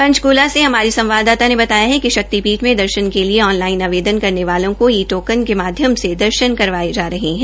पंचकला से हमारी संवाददाता ने बताया कि शक्तिपीठ में दर्शन के लिए ऑन लाइन आवदेन करने वालों को ई टोकन के माध्यम से दर्शन करवाये जा रहे है